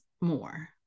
more